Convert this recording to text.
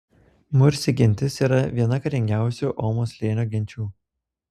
mursi gentis yra viena karingiausių omo slėnio genčių